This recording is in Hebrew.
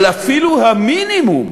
אבל אפילו המינימום,